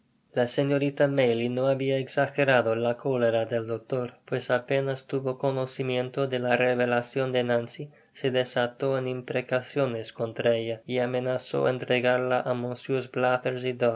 la señorita maylie no habia exagerado la cólera del doctor pues apenas tuvo conocimiento de la revelacion de nancy se desató en imprecaciones contra ella y amenazó entregarla á